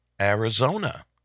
Arizona